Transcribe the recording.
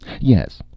Yes